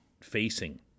facing